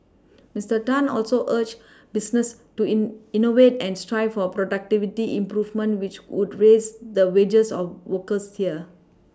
Mister Tan also urged businesses to in innovate and strive for productivity improvements which would raise the wages of workers here